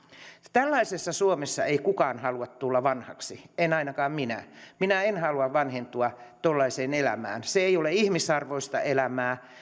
tällaisessa suomessa ei kukaan halua tulla vanhaksi en ainakaan minä minä en halua vanhentua tuollaiseen elämään se ei ole ihmisarvoista elämää